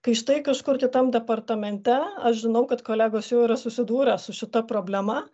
kai štai kažkur kitam departamente aš žinau kad kolegos jau yra susidūrę su šita problema